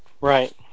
Right